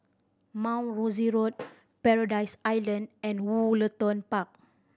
Mount Rosie Road Paradise Island and Woollerton Park